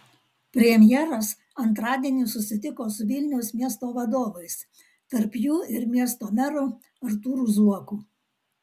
premjeras antradienį susitiko su vilniaus miesto vadovais tarp jų ir miesto meru artūru zuoku